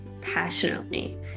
passionately